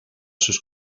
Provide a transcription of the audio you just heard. sus